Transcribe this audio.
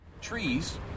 Trees